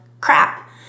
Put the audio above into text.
crap